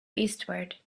eastward